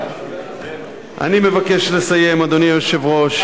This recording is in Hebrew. אני מבקש לסיים, אדוני היושב-ראש.